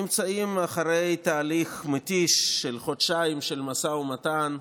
נמצאים אחרי תהליך מתיש של חודשיים של משא ומתן,